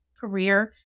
career